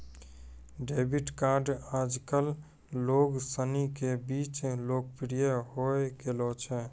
debit card आजकल लोग सनी के बीच लोकप्रिय होए गेलो छै